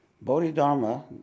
Bodhidharma